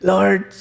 Lord